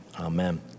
amen